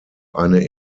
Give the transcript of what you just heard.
eine